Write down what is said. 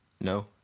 No